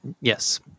Yes